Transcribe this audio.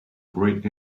great